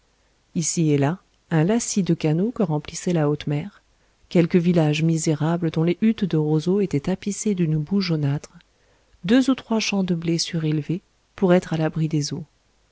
ici et là un lacis de canaux que remplissait la haute mer quelques villages misérables dont les huttes de roseaux étaient tapissées d'une boue jaunâtre deux ou trois champs de blé surélevés pour être à l'abri des eaux